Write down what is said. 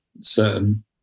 certain